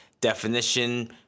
definition